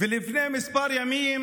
לפני כמה ימים